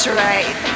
right